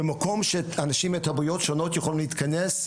במקום שאנשים מתרבויות שונות יכולים להתכנס,